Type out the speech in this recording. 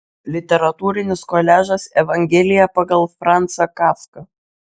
literatūrinis koliažas evangelija pagal francą kafką